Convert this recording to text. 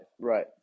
Right